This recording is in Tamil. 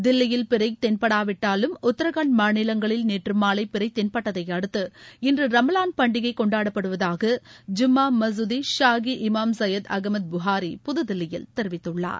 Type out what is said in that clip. தில்லியில் பிறை தென்படாவிட்டாலும் உத்தராகண்ட் மாநிலங்களில் நேற்று மாலை பிறை தென்பட்டதை அடுத்து இன்று ரமலான் பண்டிகை கொண்டாப்படுவதாக ஜும்மா மசூதி ஷாகி இமாம் சயத் அகமது புகாரி புதுதில்லியில் தெரிவித்துள்ளார்